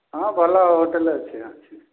ହଁ ଭଲ ହେଟେଲ୍ ଅଛି ଅଛି